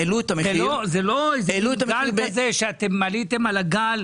זה לא איזה מין גל כזה שמעלים מחירים